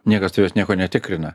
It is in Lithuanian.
niekas nieko netikrina